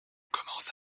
commence